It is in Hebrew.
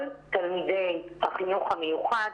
כל תלמידי החינוך המיוחד,